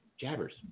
jabbers